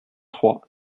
trois